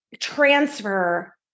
transfer